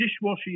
dishwasher